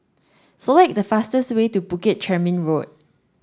select the fastest way to Bukit Chermin Road